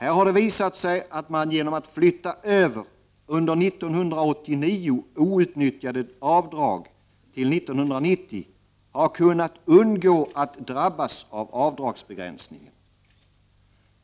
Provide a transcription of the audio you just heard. Här har det visat sig att man genom att flytta över under 1989 outnyttjade avdrag till 1990 kunnat undgå att drabbas av avdragsbegränsningar.